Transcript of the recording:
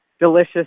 delicious